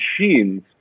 machines